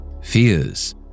Fears